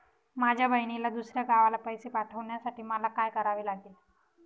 माझ्या बहिणीला दुसऱ्या गावाला पैसे पाठवण्यासाठी मला काय करावे लागेल?